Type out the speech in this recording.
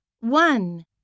One